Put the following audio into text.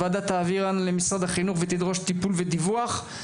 הוועדה תעבירם למשרד החינוך ותדרוש טיפול ודיווח.